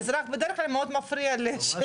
אזרח בדרך כלל מאוד מפריע ---,